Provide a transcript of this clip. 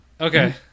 Okay